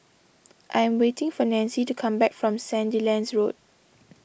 I am waiting for Nancie to come back from Sandilands Road